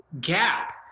gap